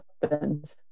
husband